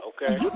Okay